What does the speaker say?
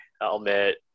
helmet